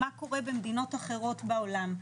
מה קורה במדינות אחרות בעולם?